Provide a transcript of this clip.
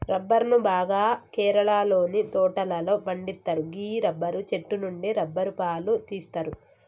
రబ్బరును బాగా కేరళలోని తోటలలో పండిత్తరు గీ రబ్బరు చెట్టు నుండి రబ్బరు పాలు తీస్తరు